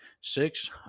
six